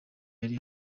yari